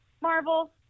Marvel